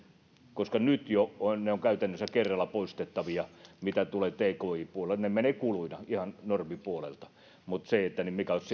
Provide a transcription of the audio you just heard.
koska nyt jo aineettomat investoinnit ovat käytännössä kerralla poistettavia mitä tulee tki puoleen ne menevät kuluina ihan normipuolelta eli sitä käydään läpi mikä olisi